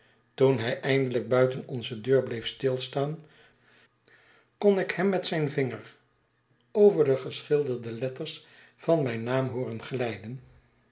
toen hij eindelyk buiten onze deur bleef stilstaan kon ik hem met zijn vinger over de geschilderde letters van mijn naam hooren glijden